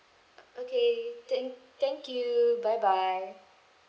okay thank thank you bye bye